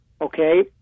Okay